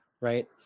right